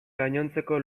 gainontzeko